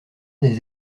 des